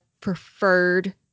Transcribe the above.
preferred